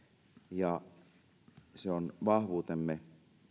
se on vahvuutemme